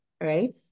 right